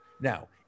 Now